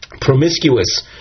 promiscuous